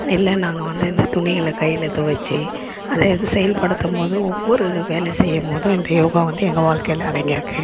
இல்லை நாங்கள் வந்து இந்த துணிகளை கையில் துவச்சி அதை இது செயல்படுத்தும் போது ஒவ்வொரு வேலை செய்யும் போதும் இந்த யோகா வந்து எங்கள் வாழ்க்ககையில அடங்கிருக்கு